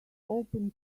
open